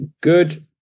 good